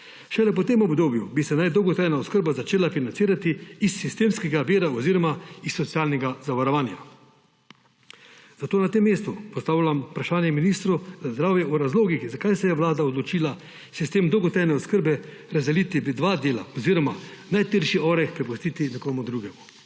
Šele po tem obdobju naj bi se dolgotrajna oskrba začela financira iz sistemskega vira oziroma iz socialnega zavarovanja. Zato na tem mestu postavljam vprašanje ministru za zdravje o razlogih, zakaj se je vlada odločila sistem dolgotrajne oskrbe razdeliti v dva dela oziroma najtrši oreh prepustiti nekomu drugemu.